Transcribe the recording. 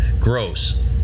Gross